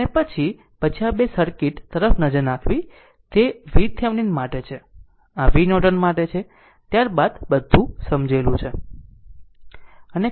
અને પછી પછી આ બે સર્કિટ તરફ નજર રાખવી તે VThevenin માટે છે અને આ V નોર્ટન માટે છે ત્યારબાદ બધું સમજેલું છે